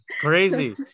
Crazy